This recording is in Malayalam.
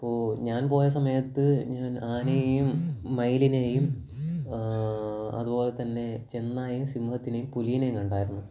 അപ്പോൾ ഞാൻ പോയ സമയത്ത് ഞാൻ ആനയെയും മയിലിനെയും അതുപോലത്തന്നെ ചേന്നായയെയും സിംഹത്തിനെയും പുലിയെയും കണ്ടായിരുന്നു